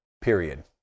period